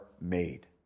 made